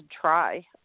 try